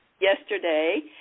yesterday